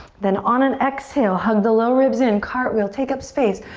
then on an exhale, hug the low ribs in. cartwheel, take up space.